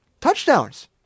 touchdowns